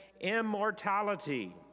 immortality